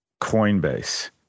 Coinbase